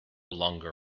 longer